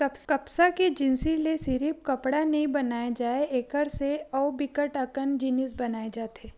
कपसा के जिनसि ले सिरिफ कपड़ा नइ बनाए जाए एकर से अउ बिकट अकन जिनिस बनाए जाथे